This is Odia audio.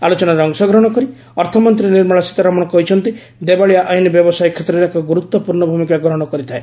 ଆଲୋଚନାରେ ଅଂଶଗ୍ରହଣ କରି ଅର୍ଥମନ୍ତ୍ରୀ ନିର୍ମଳା ସୀତାରମଣ କହିଛନ୍ତି ଦେବାଳିଆ ଆଇନ ବ୍ୟବସାୟ କ୍ଷେତ୍ରରେ ଏକ ଗୁରୁତ୍ୱପୂର୍ଣ୍ଣ ଭୂମିକା ଗ୍ରହଣ କରିଥାଏ